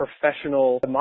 professional